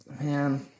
man